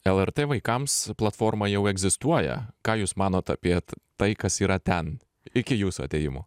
lrt vaikams platforma jau egzistuoja ką jūs manot apie tai kas yra ten iki jūsų atėjimo